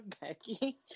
Becky